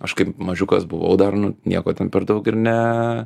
aš kaip mažiukas buvau dar nu nieko ten per daug ir ne